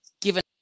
given